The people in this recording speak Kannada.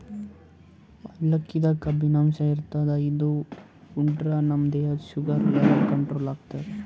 ಅವಲಕ್ಕಿದಾಗ್ ಕಬ್ಬಿನಾಂಶ ಇರ್ತದ್ ಇದು ಉಂಡ್ರ ನಮ್ ದೇಹದ್ದ್ ಶುಗರ್ ಲೆವೆಲ್ ಕಂಟ್ರೋಲ್ ಮಾಡ್ತದ್